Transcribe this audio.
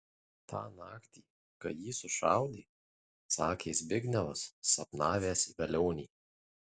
tą naktį kai jį sušaudė sakė zbignevas sapnavęs velionį